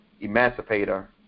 emancipator